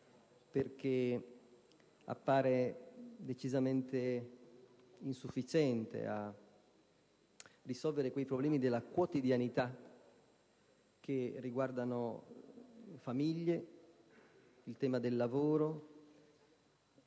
perché appare decisamente insufficiente a risolvere quei problemi della quotidianità che riguardano le famiglie, il lavoro,